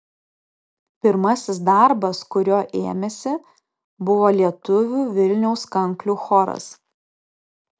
pirmasis darbas kurio ėmėsi buvo lietuvių vilniaus kanklių choras